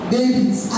Babies